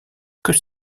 que